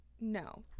no